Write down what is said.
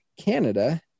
Canada